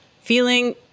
feeling